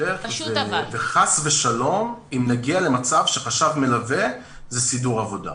חס ושלום אם נגיע למצב שחשב מלווה זה סידור עבודה.